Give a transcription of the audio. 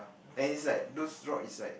and is like those rock is like